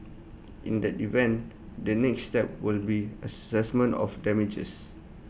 in that event the next step will be Assessment of damages